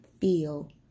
feel